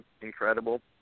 incredible